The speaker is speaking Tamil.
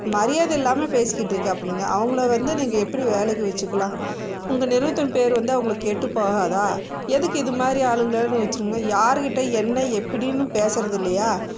மரியாதை இல்லாமல் பேசிக்கிட்டு இருக்காப்பிள்ளைங்க அவங்கள வந்து நீங்கள் எப்படி வேலைக்கு வச்சிக்கலாம் உங்கள் நிறுவனத்து பேர் வந்து உங்களுக்கு கெட்டுப் போகாதா எதுக்கு இதுமாதிரி ஆளுங்களேனு வச்சிருங்க யாருக்கிட்ட என்ன எப்படினு பேசுகிறது இல்லையா